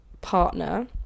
partner